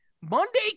Monday